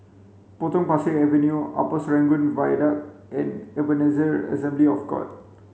Potong Pasir Avenue Upper Serangoon Viaduct and Ebenezer Assembly of God